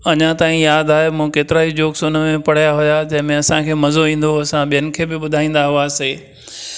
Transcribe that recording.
अञां ताईं यादि आहे मूं केतिरा ई जोक्स हुन में पढ़िया हुया जंहिंमें असांखे मज़ो ईंदो हो असां ॿियनि खे बि ॿुधाईंदा हुआसीं